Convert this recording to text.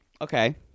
Okay